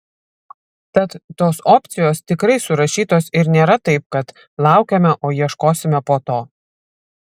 tad tos opcijos tikrai surašytos ir nėra taip kad laukiame o ieškosime po to